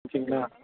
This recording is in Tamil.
ஓகேங்களா